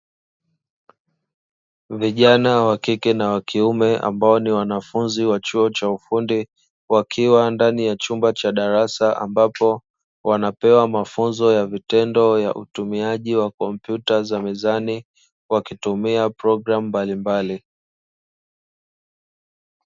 Vijana wa kike na wakiume ambao ni wanafunzi wa chuo cha ufundi wakiwa ndani ya chumba cha darasa ambapo wanapewa mafunzo ya vitendo ya utumiaji wa kompyuta za mezani wakitumia programu mbalimbali.